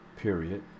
period